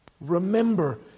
Remember